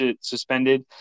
suspended